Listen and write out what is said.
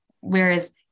whereas